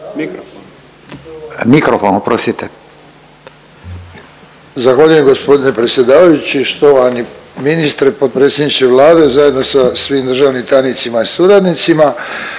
**Ostojić, Ranko (SDP)** Zahvaljujem gospodine predsjedavajući, štovani ministre i potpredsjedniče Vlade zajedno sa svim državnim tajnicima i suradnicima,